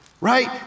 right